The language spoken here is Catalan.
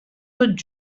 tot